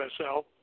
USL